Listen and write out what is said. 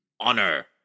Honor